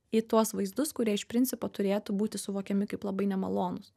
į tuos vaizdus kurie iš principo turėtų būti suvokiami kaip labai nemalonūs